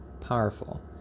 powerful